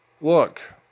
look